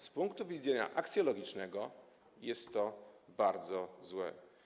Z punktu widzenia aksjologicznego jest to bardzo złe.